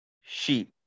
sheep